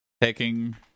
taking